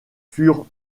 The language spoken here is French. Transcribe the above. furent